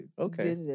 Okay